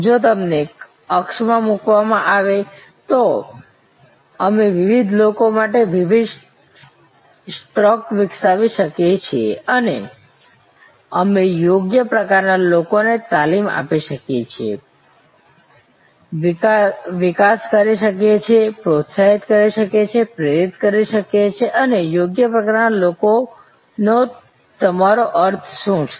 જો તેમને અક્ષમાં મૂકવામાં આવે તો અમે વિવિધ લોકો માટે વિવિધ સ્ટ્રોક વિકસાવી શકીએ છીએ અને અમે યોગ્ય પ્રકારના લોકોને તાલીમ આપી શકીએ છીએ વિકાસ કરી શકીએ છીએ પ્રોત્સાહિત કરી શકીએ છીએ પ્રેરિત કરી શકીએ છીએ અને યોગ્ય પ્રકારના લોકોનો તમારો અર્થ શું છે